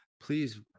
please